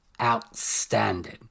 outstanding